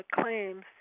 claims